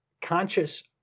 conscious